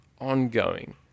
ongoing